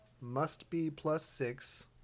must-be-plus-six